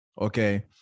okay